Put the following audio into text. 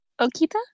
okita